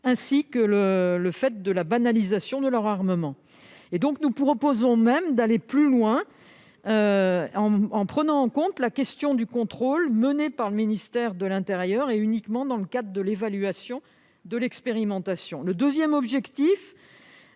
ainsi que de la banalisation de leur armement. Nous proposons d'aller plus loin en prenant en compte la question du contrôle mené par le ministère de l'intérieur, uniquement dans le cadre de l'évaluation de l'expérimentation. Ensuite,